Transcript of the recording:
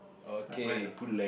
okay